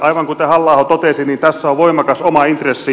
aivan kuten halla aho totesi tässä on voimakas oma intressi